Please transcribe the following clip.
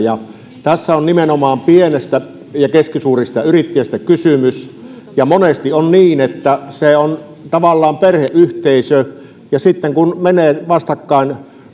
tässä on nimenomaan pienistä ja keskisuurista yrittäjistä kysymys ja monesti on niin että se on tavallaan perheyhteisö ja sitten kun menevät tavallaan vastakkain